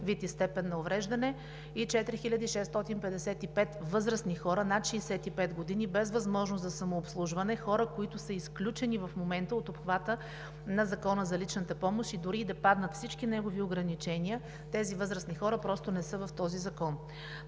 вид и степен на увреждане, и 4655 възрастни хора над 65 години, без възможност за самообслужване – хора, които са изключени в момента от обхвата на Закона за личната помощ. Дори да паднат всички негови ограничения, тези възрастни хора просто не са в този закон.